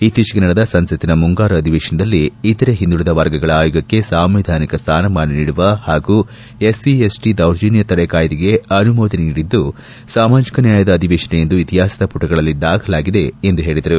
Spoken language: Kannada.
ಇತ್ತೀಜೆಗೆ ನಡೆದ ಸಂಸತ್ತಿನ ಮುಂಗಾರು ಅಧಿವೇಶನದಲ್ಲಿ ಇತರೆ ಹಿಂದುಳಿದ ವರ್ಗಗಳ ಆಯೋಗಕ್ಕೆ ಸಾಂವಿಧಾನಿಕ ಸ್ಯಾನಮಾನ ನೀಡುವ ಹಾಗೂ ಎಸ್ಸಿಎಸ್ಟಿ ದೌರ್ಜನ್ಯ ತಡೆ ಕಾಯ್ದೆಗೆ ಅನುಮೋದನೆ ನೀಡಿದ್ದು ಸಾಮಾಜಿಕ ನ್ಯಾಯದ ಅಧಿವೇಶನ ಎಂದು ಇತಿಹಾಸದ ಪುಟಗಳಲ್ಲಿ ದಾಖಲಾಗಿದೆ ಎಂದು ಹೇಳಿದರು